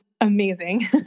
amazing